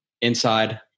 Inside